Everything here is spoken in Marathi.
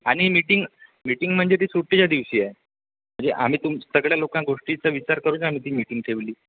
आणि मिटिंग मिटिंग म्हणजे ती सुट्टीच्या दिवशी आहे म्हणजे आम्ही तुम सगळ्या लोकां गोष्टीचा विचार करून आम्ही ती मिटिंग ठेवली